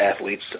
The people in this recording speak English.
athletes